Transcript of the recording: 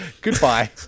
Goodbye